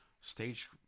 stage